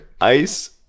ice